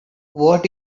what